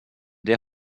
der